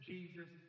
Jesus